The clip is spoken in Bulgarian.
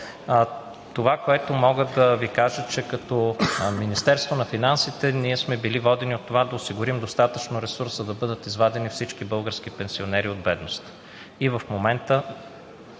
Това, което мога да Ви кажа, е, че като Министерство на финансите сме били водени от това да осигурим достатъчно ресурс, за да бъдат извадени всички български пенсионери от бедност.